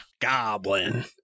Goblin